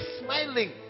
smiling